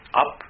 up